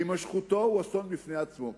והימשכותו היא אסון בפני עצמו.